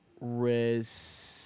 ...res